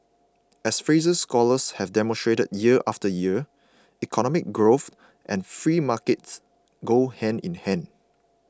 as Fraser scholars have demonstrated year after year economic growth and free markets go hand in hand